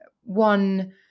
one